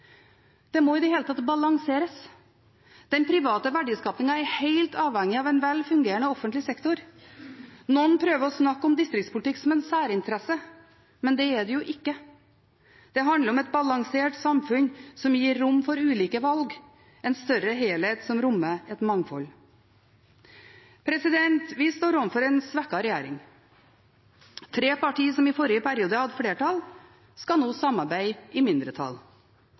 Det må i det hele tatt balanseres. Den private verdiskapingen er helt avhengig av en vel fungerende offentlig sektor. Noen prøver å snakke om distriktspolitikk som en særinteresse, men det er det jo ikke. Det handler om et balansert samfunn som gir rom for ulike valg, en større helhet som rommer et mangfold. Vi står overfor en svekket regjering. Tre partier som i forrige periode hadde flertall, skal nå samarbeide i mindretall.